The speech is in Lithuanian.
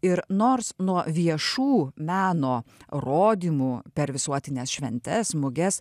ir nors nuo viešų meno rodymų per visuotines šventes muges